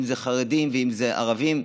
אם זה חרדים ואם זה ערבים,